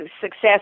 success